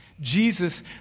Jesus